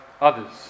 others